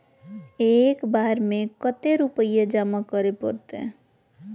एक बार में कते रुपया जमा करे परते?